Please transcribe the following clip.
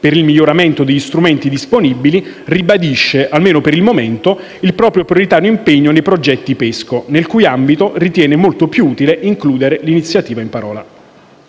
per il miglioramento degli strumenti disponibili, ribadisce, almeno per il momento, il proprio prioritario impegno nei progetti PESCO, nel cui ambito ritiene molto più utile includere l'iniziativa in parola.